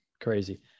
crazy